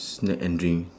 snack and drink